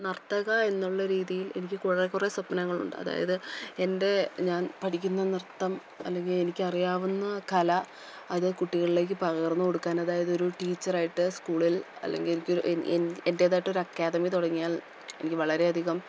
നർത്തക എന്നുള്ള രീതിയിൽ എനിക്ക് കുറേ കുറേ സ്വപ്നങ്ങളുണ്ട് അതായത് എൻ്റെ ഞാൻ പഠിക്കുന്ന നൃത്തം അല്ലെങ്കിൽ എനിക്ക് അറിയാവുന്ന കല അത് കുട്ടികളിലേക്ക് പകർന്നു കൊടുക്കാൻ അതായത് ഒരു ടീച്ചറായിട്ട് സ്കൂളിൽ അല്ലെങ്കിൽ എനിക്കൊരു എൻ്റെതായിട്ടൊരു അക്കാഡമി തുടങ്ങിയാൽ എനിക്ക് വളരെയധികം